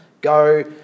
Go